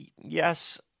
yes